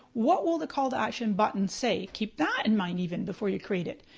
what will the call to action button say? keep that in mind even before you create it.